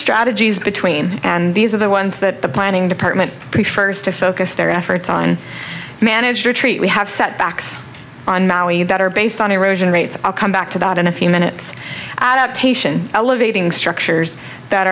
strategies between and these are the ones that the planning department prefers to focus their efforts on managed retreat we have setbacks on maui that are based on erosion rates i'll come back to that in a few minutes adaptation elevating structures that